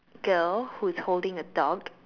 girl who is holding a dog